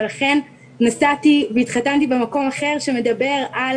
ולכן נסעתי והתחתנתי במקום אחר שמדבר על